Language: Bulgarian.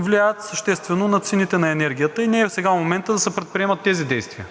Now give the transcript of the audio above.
влияят съществено на цените на енергията и не е сега моментът да се предприемат тези действия.